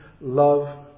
love